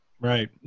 Right